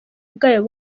bwayo